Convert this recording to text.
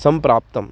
सम्प्राप्तम्